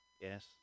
Yes